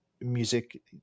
music